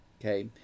okay